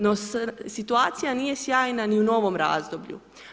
No, situacija nije sjajna ni u novom razdoblju.